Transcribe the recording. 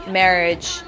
marriage